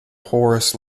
horace